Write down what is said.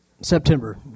September